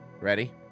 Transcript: Ready